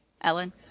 Ellen